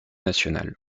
nationale